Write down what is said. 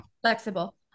flexible